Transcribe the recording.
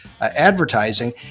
advertising